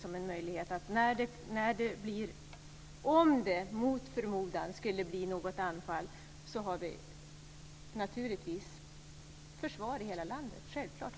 Om vi mot förmodan skulle bli anfallna har vi naturligtvis ett försvar i hela landet.